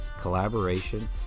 collaboration